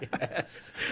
Yes